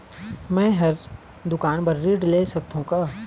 मैं हर दुकान बर ऋण ले सकथों का?